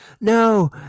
no